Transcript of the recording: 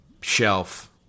shelf